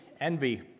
Envy